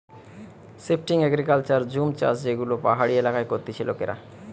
shifting agriculture জুম চাষযেগুলো পাহাড়ি এলাকায় করতিছে লোকেরা